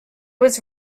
was